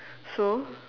so